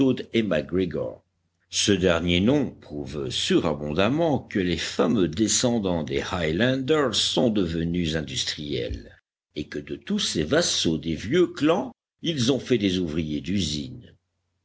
ce dernier nom prouve surabondamment que les fameux descendants des highlanders sont devenus industriels et que de tous ces vassaux des vieux clans ils ont fait des ouvriers